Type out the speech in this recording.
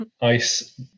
ice